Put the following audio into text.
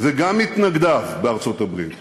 וגם מתנגדיו, בארצות-הברית,